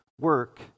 Work